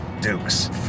dukes